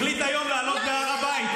החליט היום לעלות להר הבית.